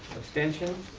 abstentions.